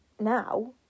now